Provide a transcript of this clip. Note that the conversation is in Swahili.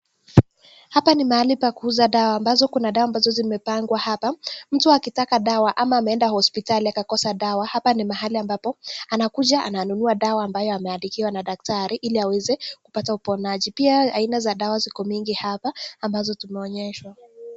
Hapa ni hamali pa kuuza dawa ambazo kuna dawa amabzozimepangwa hapa, mtu akitaka dawa ama ameenda hospitali akakosa dawa hapa ni mahali ambapo anakuja anunua dawa ambayo ameandikiwa na daktari, iliaweze kupata uponaji. Pia haina za dawa ziko mingi hapa ambazo tumeonyeshwa.